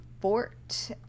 Fort